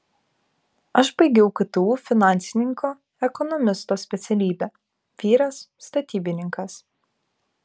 aš baigiau ktu finansininko ekonomisto specialybę vyras statybininkas